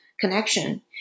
connection